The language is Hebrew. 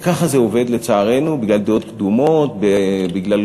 ככה זה עובד, לצערנו, בגלל דעות קדומות, בגלל